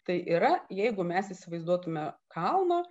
tai yra jeigu mes įsivaizduotume kalno